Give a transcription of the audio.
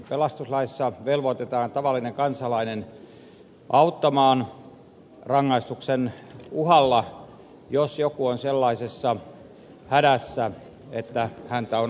pelastuslaissa velvoitetaan tavallinen kansalainen auttamaan rangaistuksen uhalla jos joku on sellaisessa hädässä että häntä on autettava